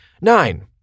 nine